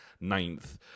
ninth